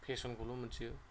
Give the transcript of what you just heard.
फेसनखौल' मिनथियो